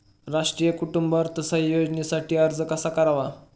राष्ट्रीय कुटुंब अर्थसहाय्य योजनेसाठी अर्ज कसा करावा?